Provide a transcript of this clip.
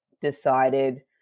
decided